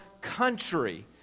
country